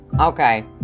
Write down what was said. Okay